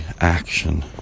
action